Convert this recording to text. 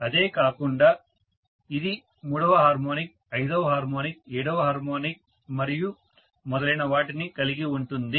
అదే కాకుండా ఇది మూడవ హార్మోనిక్ ఐదవ హార్మోనిక్ ఏడవ హార్మోనిక్ మరియు మొదలైనవి కలిగి ఉంటుంది